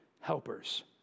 helpers